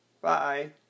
Bye